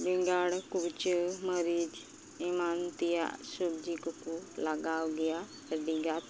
ᱵᱮᱸᱜᱟᱲ ᱠᱩᱲᱪᱟᱹ ᱢᱟᱹᱨᱤᱪ ᱮᱢᱟᱱ ᱛᱮᱭᱟᱜ ᱥᱚᱵᱽᱡᱤᱠᱚ ᱠᱚ ᱞᱟᱜᱟᱣ ᱜᱮᱭᱟ ᱛᱚ ᱟᱹᱰᱤᱜᱟᱱ